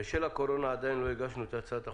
בשל הקורונה עדיין לא הגשנו את הצעת החוק,